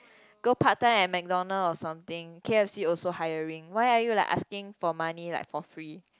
go part time at McDonald or something K_F_C also hiring why are you like asking for money like for free